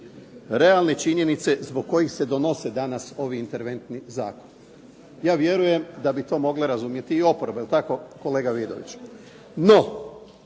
realne činjenice zbog kojih se donose danas ovi interventni zakoni. Ja vjerujem da bi to mogla razumjeti i oporba, je li tako kolega Vidović.